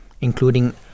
including